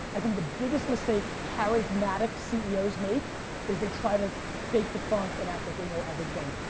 i think the biggest mistake charismatic ceos make is they try to fake the funk and act like they know everything.